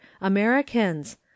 americans